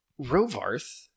Rovarth